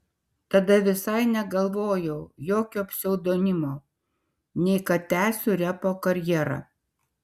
tada visai negalvojau jokio pseudonimo nei kad tęsiu repo karjerą